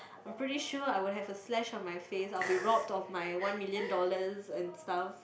I'm pretty sure I would have a slash on my face I'll be robbed of my one million dollars and stuff